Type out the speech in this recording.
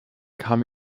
kam